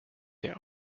der